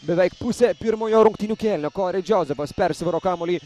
beveik pusę pirmojo rungtynių kėlinio kori džozefas persivaro kamuolį